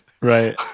right